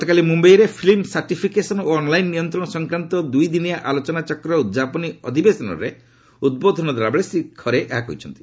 ଗତକାଲି ମୁମ୍ବାଇରେ film certification ଓ ଅନ୍ଲାଇନ୍ ନିୟନ୍ତ୍ରଣ ସଂକ୍ରାନ୍ତ ଦୁଇ ଦିନିଆ ଆଲୋଚନାଚକ୍ରର ଉଦ୍ଯାପନୀ ଅଧିବେଶନରେ ଉଦ୍ବୋଧନ ଦେଲାବେଳେ ଶ୍ରୀ ଖରେ ଏହା କହିଛନ୍ତି